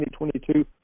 2022